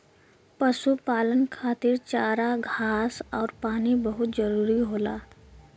पशुपालन खातिर चारा घास आउर पानी बहुत जरूरी होला